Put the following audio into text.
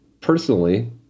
personally